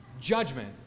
Judgment